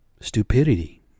stupidity